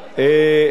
מ-40 שרים.